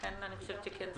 לכן אני חושבת שכן צריך לעזור.